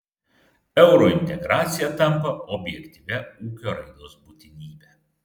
eurointegracija tampa objektyvia ūkio raidos būtinybe